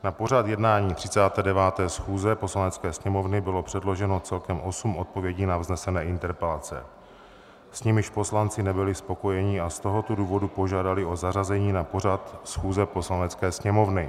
Na pořad jednání 39. schůze Poslanecké sněmovny bylo předloženo celkem osm odpovědí na vznesené interpelace, s nimiž poslanci nebyli spokojeni, a z tohoto důvodu požádali o zařazení na pořad schůze Poslanecké sněmovny.